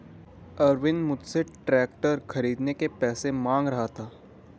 अरविंद मुझसे ट्रैक्टर खरीदने के पैसे मांग रहा था